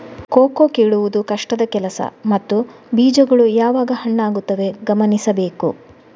cocoa ಕೀಳುವುದು ಕಷ್ಟದ ಕೆಲಸ ಮತ್ತು ಬೀಜಗಳು ಯಾವಾಗ ಹಣ್ಣಾಗುತ್ತವೆ ಗಮನಿಸಬೇಕು